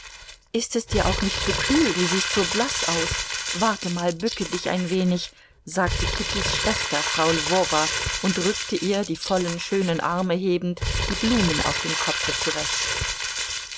ist es dir auch nicht zu kühl du siehst so blaß aus warte mal bücke dich ein wenig sagte kittys schwester frau lwowa und rückte ihr die vollen schönen arme hebend die blumen auf dem kopfe zurecht